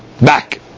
back